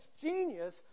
genius